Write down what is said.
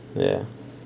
ya